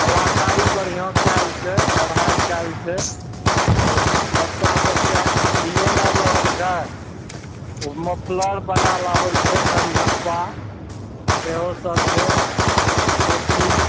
कलाकारी बढ़िआँ कयल छै कढ़ाइ कयल छै आओर बच्चा सबके आब ठण्डियो ने आबि रहल छै ओ मोफलर बनायल आबय छै कनझप्पा सेहो सब छै टोपी